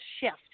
shift